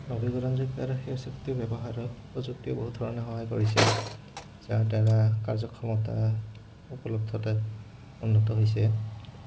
নৱীকৰণযোগ্য আৰু সেউজ শক্তি ব্যৱহাৰত প্ৰযুক্তিয়ে বহুত ধৰণে সহায় কৰিছে যাৰ দ্বাৰা কাৰ্যক্ষমতা উপলব্ধতা উন্নত হৈছে